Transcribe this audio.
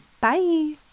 Bye